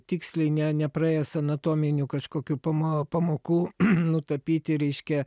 tiksliai ne nepraėjęs anatominių kažkokių pamo pamokų nutapyti reiškia